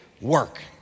work